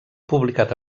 publicat